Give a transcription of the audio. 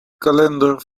kalender